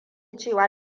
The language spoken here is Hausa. cewa